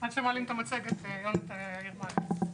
שמעלים את המצגת, יונתן יפתח.